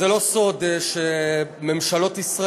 זה לא סוד שממשלות ישראל,